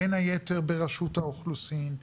בין היתר ברשות האוכלוסין,